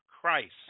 Christ